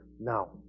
Now